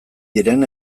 diren